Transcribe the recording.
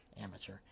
Amateur